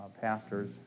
pastors